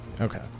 Okay